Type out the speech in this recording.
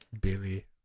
Billy